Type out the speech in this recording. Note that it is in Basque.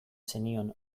zenion